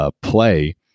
play